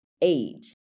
age